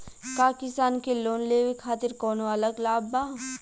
का किसान के लोन लेवे खातिर कौनो अलग लाभ बा?